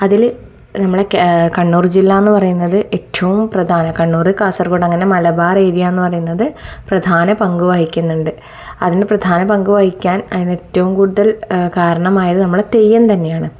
അതിൽ നമ്മുടെ കണ്ണൂർ ജില്ലാന്നു പറയുന്നത് ഏറ്റവും പ്രധാന കണ്ണൂർ കാസർഗോഡ് അങ്ങനെ മലബാർ ഏരിയ എന്ന് പറയുന്നത് പ്രധാന പങ്കു വഹിക്കുന്നുണ്ട് അതിനു പ്രധാന പങ്കു വഹിക്കാൻ അതിനേറ്റവും കൂടുതൽ കാരണമായത് നമ്മുടെ തെയ്യം തന്നെയാണ്